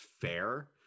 fair